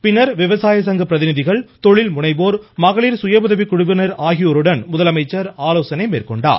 பின்னர் விவசாய சங்க பிரதிநிதிகள் தொழில் முனைவோர் மகளிர் சுய உதவிக்குழுவினர் ஆகியோருடன் முதலமைச்சர் ஆலோசனை மேற்கொண்டார்